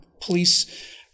police